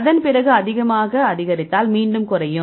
அதன் பிறகு அதிகமாக அதிகரித்தால் மீண்டும் குறையும்